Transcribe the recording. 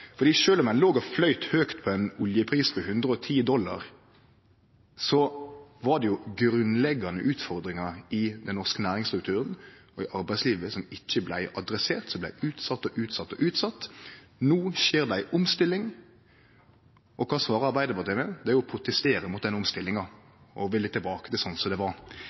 om ein låg og flaut høgt på ein oljepris på 110 dollar, var det jo grunnleggjande utfordringar i den norske næringsstrukturen og i arbeidslivet som ikkje vart adresserte – som vart utsette og utsette. No skjer det ei omstilling, og kva svarer Arbeidarpartiet med? Det er med å protestere mot omstillinga og ville tilbake til sånn som det var.